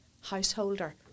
householder